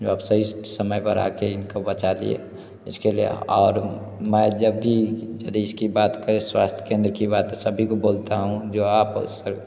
जो आप सही समय पर आ के इसको बचा लिए इसके लिए और मैं जब भी कि बात करे स्वास्थ्य केंद्र की बात कि सभी को बोलता हूँ जो आप